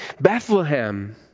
Bethlehem